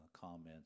comments